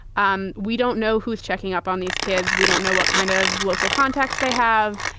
um we don't know who's checking up on these kids. we don't know what kind of local contacts they have.